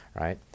right